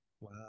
Wow